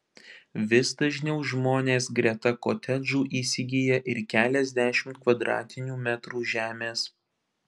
vis dažniau žmonės greta kotedžų įsigyja ir keliasdešimt kvadratinių metrų žemės